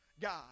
God